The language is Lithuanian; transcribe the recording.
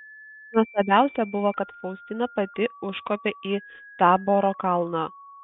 nuostabiausia buvo kad faustina pati užkopė į taboro kalną